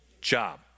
job